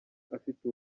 afite